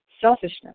Selfishness